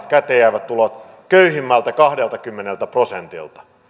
käteenjäävät tulot vähenevät köyhimmältä kahdeltakymmeneltä prosentilta